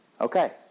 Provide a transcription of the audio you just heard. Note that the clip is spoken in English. Okay